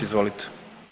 Izvolite.